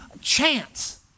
chance